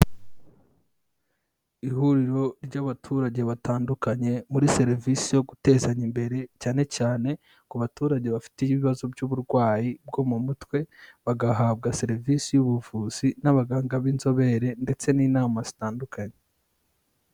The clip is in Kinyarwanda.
Ihuriro ry'abaturage batandukanye muri serivisi yo gutezanya imbere cyane cyane ku baturage bafite ibibazo by'uburwayi bwo mu mutwe, bagahabwa serivisi y'ubuvuzi n'abaganga b'inzobere ndetse n'inama zitandukanye.